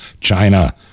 china